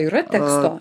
yra teksto